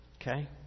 Okay